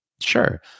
Sure